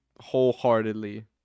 wholeheartedly